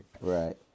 Right